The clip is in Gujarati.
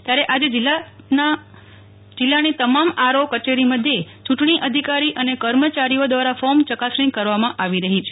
ત્યારે આજે જિલ્લાની તમામ આરઓ કચેરી મધ્યે ચૂંટણી અધિકારી અને કર્મચારીઓ દ્વારા ફોર્મ ચકાસણી કરવામાં આવી રહી છે